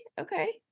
okay